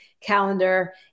calendar